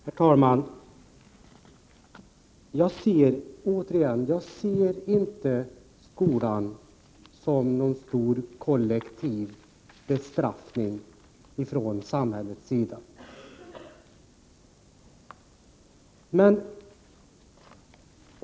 Herr talman! Jag vill återigen säga att jag inte ser skolan som någon stor kollektiv bestraffning från samhällets sida.